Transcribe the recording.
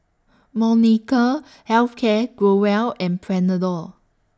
Molnylcke Health Care Growell and Panadol